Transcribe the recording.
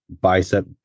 bicep